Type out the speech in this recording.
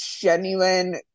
genuine